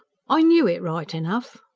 i knew it right enough.